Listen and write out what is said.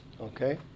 okay